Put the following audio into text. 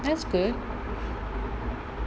that's good